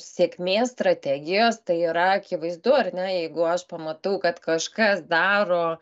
sėkmės strategijos tai yra akivaizdu ar ne jeigu aš pamatau kad kažkas daro